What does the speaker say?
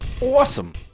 Awesome